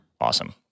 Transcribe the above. awesome